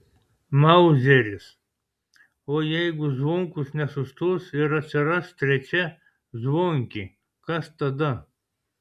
mauzeris o jeigu zvonkus nesustos ir atsiras trečia zvonkė kas tada